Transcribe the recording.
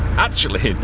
actually,